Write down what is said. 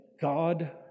God